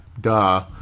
duh